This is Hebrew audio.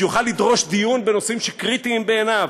שיוכל לדרוש דיון בנושאים שקריטיים בעיניו?